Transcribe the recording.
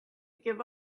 give